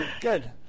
good